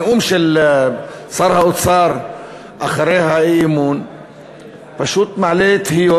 הנאום של שר האוצר אחרי האי-אמון פשוט מעלה תהיות